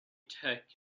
take